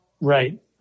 Right